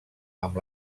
amb